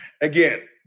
Again